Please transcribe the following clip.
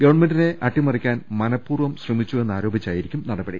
ഗവൺമെന്റിനെ അട്ടിമറിക്കാൻ മനപ്പൂർവ്വം ശ്രമിച്ചെ ന്നാരോപിച്ചായിരിക്കും നടപടി